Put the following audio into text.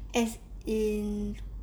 as in